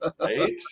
Right